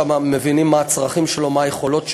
מבינים מה הצרכים שלו, מה היכולות שלו,